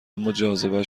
اماجاذبه